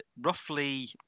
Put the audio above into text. roughly